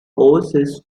oasis